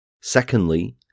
Secondly